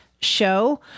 show